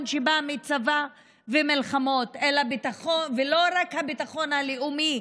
שבא מצבא ומלחמות ולא רק הביטחון הלאומי,